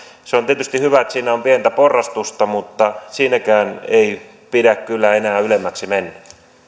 se on tietysti hyvä että siinä on pientä porrastusta mutta siinäkään ei pidä kyllä enää ylemmäksi mennä